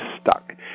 stuck